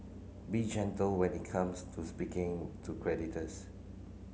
be gentle when it comes to speaking to creditors